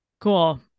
cool